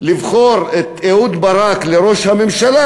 לבחור את אהוד ברק לראש הממשלה,